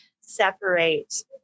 separate